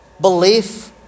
belief